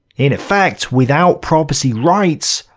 in effect, without property rights,